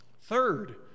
Third